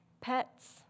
pets